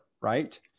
right